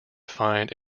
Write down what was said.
find